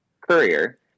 Courier